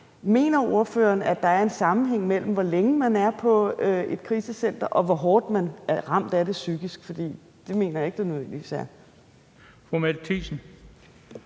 Mener ordføreren, at der er en sammenhæng mellem, hvor længe man er på et krisecenter, og hvor hårdt man er ramt af det psykisk? For det mener jeg ikke der nødvendigvis er. Kl. 10:51 Den